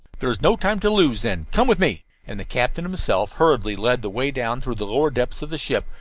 there is no time to lose, then. come with me. and the captain himself hurriedly led the way down through the lower depths of the ship,